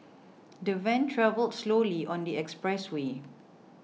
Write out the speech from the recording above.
the van travelled slowly on the express way